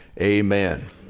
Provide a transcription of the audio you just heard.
amen